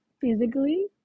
physically